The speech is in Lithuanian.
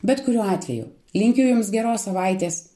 bet kuriuo atveju linkiu jums geros savaitės